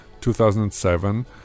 2007